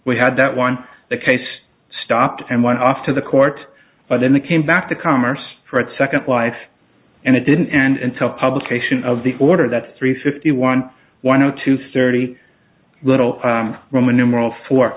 we had that one the case stopped and went off to the court but then they came back to commerce for its second life and it didn't end until publication of the order that three fifty one one zero two sturdy little roman numeral fo